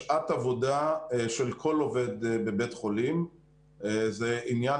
שעת עבודה של כל עובד בבית חולים זה עניין